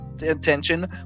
attention